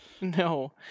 No